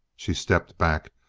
she stepped back,